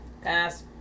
Pass